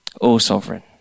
all-sovereign